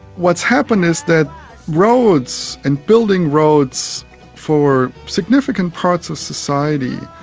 what's happened is that roads and building roads for significant parts of society,